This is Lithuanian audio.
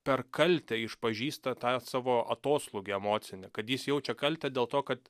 per kaltę išpažįsta tą savo atoslūgį emocinį kad jis jaučia kaltę dėl to kad